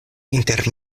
inter